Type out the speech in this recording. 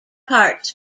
parts